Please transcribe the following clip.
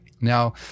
now